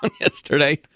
yesterday